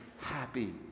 happy